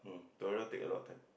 toilet take a lot of time